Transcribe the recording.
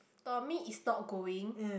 Tommy is not going